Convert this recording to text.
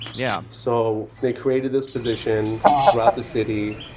yeah. so they created this position throughout the city.